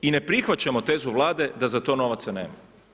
I ne prihvaćamo tezu Vlade da za to novaca nema.